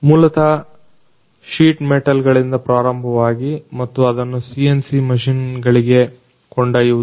ಮೂಲತಃ sheet metal ಗಳಿಂದ ಪ್ರಾರಂಭವಾಗಿ ಮತ್ತು ಇದನ್ನು CNC ಮಷೀನ್ ಗಳಿಗೆ ಕೊಂಡೊಯ್ಯುವುದು